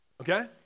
Okay